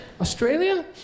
Australia